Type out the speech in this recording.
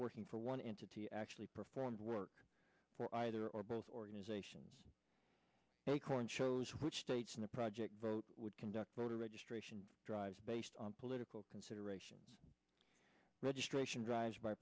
working for one entity actually performed work for either or both organizations acorn chose which states in the project vote would conduct voter registration drives based on political considerations registration drives by